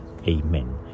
Amen